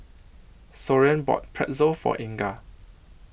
Soren bought Pretzel For Inga